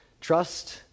Trust